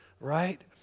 right